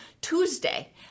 tuesday